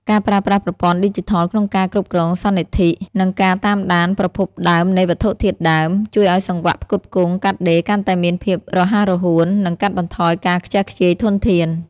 ការប្រើប្រាស់ប្រព័ន្ធឌីជីថលក្នុងការគ្រប់គ្រងសន្និធិ និងការតាមដានប្រភពដើមនៃវត្ថុធាតុដើម ជួយឱ្យសង្វាក់ផ្គត់ផ្គង់កាត់ដេរកាន់តែមានភាពរហ័សរហួន និងកាត់បន្ថយការខ្ជះខ្ជាយធនធាន។